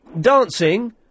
dancing